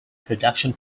production